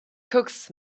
cooks